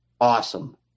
awesome